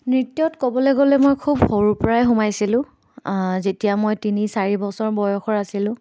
নৃত্যত ক'বলৈ গ'লে মই খুব সৰুৰ পৰাই সোমাইছিলোঁ যেতিয়া মই তিনি চাৰি বছৰ বয়সৰ আছিলোঁ